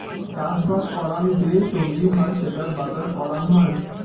চাষবাস করাং যে সবজি হই সেটার বাজার করাং হই